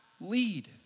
lead